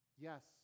Yes